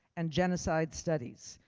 and genocide studies.